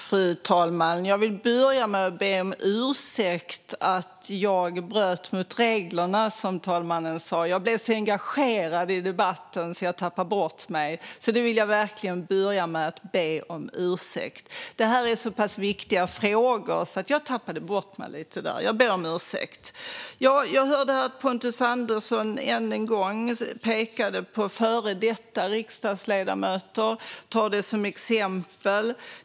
Fru talman! Jag vill börja med att be om ursäkt för att jag bröt mot reglerna, vilket fru talmannen påpekade. Jag blev så engagerad i debatten att jag tappade bort mig. Det vill jag alltså verkligen börja med att be om ursäkt för. Det här är så pass viktiga frågor att jag tappade bort mig lite. Pontus Andersson pekade än en gång på före detta riksdagsledamöter och tog det som exempel.